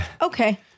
Okay